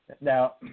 Now